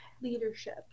leadership